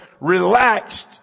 relaxed